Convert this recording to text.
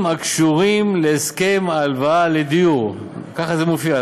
הקשורים להסכם הלוואה לדיור" ככה זה מופיע,